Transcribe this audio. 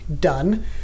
done